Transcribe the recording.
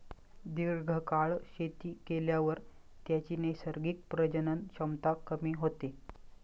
दीर्घकाळ शेती केल्यावर त्याची नैसर्गिक प्रजनन क्षमता कमी होते